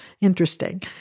interesting